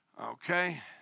Okay